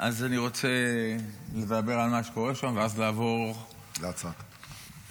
אז אני רוצה לדבר על מה שקורה שם ואז לעבור -- להצעת החוק.